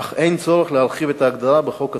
אך אין צורך להרחיב את ההגדרה בחוק עצמו.